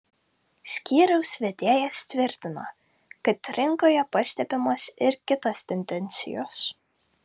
skyriaus vedėjas tvirtino kad rinkoje pastebimos ir kitos tendencijos